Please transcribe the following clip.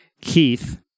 Keith